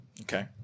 Okay